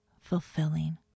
fulfilling